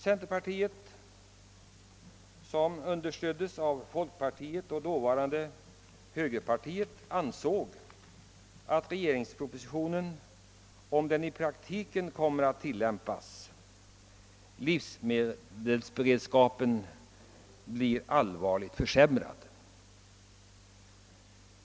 Centerpartiet, som understöddes av folkpartiet och dåvarande högerpartiet, ansåg att livsmedelsberedskapen skulle bli allvarligt försämrad om det som föreslogs i regeringspropositionen skulle tillämpas i praktiken.